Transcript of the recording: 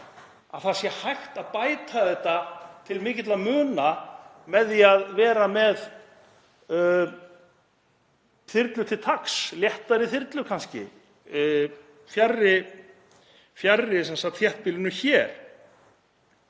að það er hægt að bæta þetta til mikilla muna með því að vera með þyrlu til taks, léttari þyrlu kannski, fjarri þéttbýlinu hér.